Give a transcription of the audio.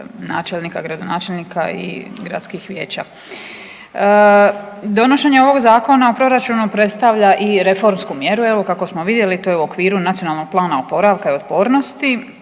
načelnika, gradonačelnika i gradskih vijeća. Donošenje ovog Zakona o proračunu predstavlja i reformsku mjeru evo kako smo vidjeli to je u okviru Nacionalnog plana oporavka i otpornosti,